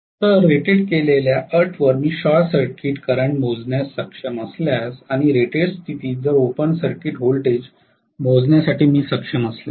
तर रेटेड केलेल्या अटींवर मी शॉर्ट सर्किट करंट मोजण्यास सक्षम असल्यास आणि रेटेड स्थितीत जर ओपन सर्किट व्होल्टेज मोजण्यासाठी सक्षम असल्यास